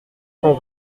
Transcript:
cent